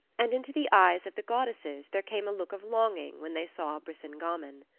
and into the eyes of the goddesses there came a look of longing when they saw brisingamen.